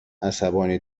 عصبانی